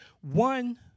One